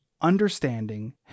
understanding